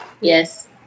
Yes